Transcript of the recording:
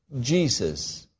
Jesus